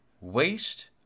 Waste